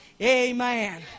Amen